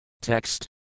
Text